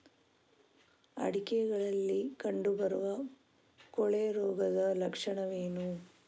ಅಡಿಕೆಗಳಲ್ಲಿ ಕಂಡುಬರುವ ಕೊಳೆ ರೋಗದ ಲಕ್ಷಣವೇನು?